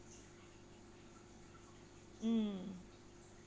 mm